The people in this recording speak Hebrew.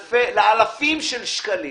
לאלפי שקלים.